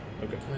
Okay